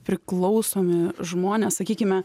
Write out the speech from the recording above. priklausomi žmonės sakykime